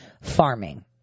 farming